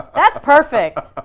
that's perfect!